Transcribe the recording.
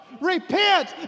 Repent